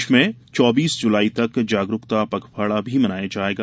प्रदेश में चौबीस जुलाई तक जागरूकता पखवाड़ा भी मनाया जायेगा